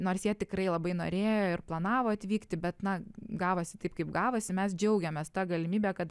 nors jie tikrai labai norėjo ir planavo atvykti bet na gavosi taip kaip gavosi mes džiaugiamės ta galimybe kad